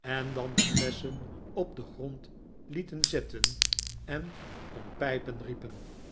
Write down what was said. en dan de flesschen op den grond lieten zetten en om pijpen